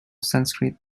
sanskrit